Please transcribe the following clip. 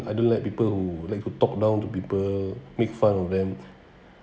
I don't like people who like to talk down to people make fun of them